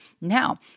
Now